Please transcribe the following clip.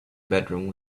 bedroom